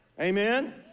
Amen